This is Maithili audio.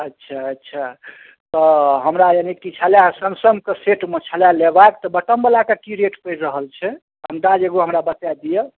अच्छा अच्छा तऽ हमरा यानि कि छलै सेमसँग कऽ सेटमे छलै लयबाक तऽ बटम बला कऽ की रेट पड़ि रहल छै अन्दाज एगो हमरा बतआए दिअ